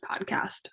podcast